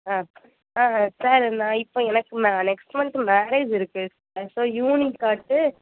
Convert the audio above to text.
ஆ ஆ சார் நான் இப்போ எனக்கு நெக்ஸ்ட் மந்த் மேரேஜ் இருக்குது ஸோ யூனிக் அட்டு